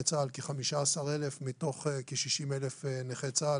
נכי צה"ל כ-15,000 מתוך כ-60,000 נכי צה"ל,